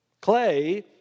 clay